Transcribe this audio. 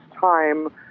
time